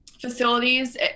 facilities